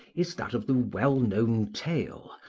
is that of the well-known tale,